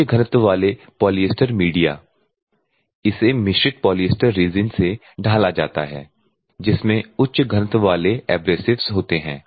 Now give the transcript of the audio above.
उच्च घनत्व वाले पॉलिएस्टर मीडिया इसे मिश्रित पॉलिएस्टर रेज़िन से ढाला जाता है जिसमें उच्च घनत्व वाले एब्रेसिव्स होते हैं